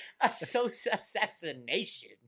assassination